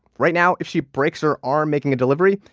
right now if she breaks her arm making a delivery,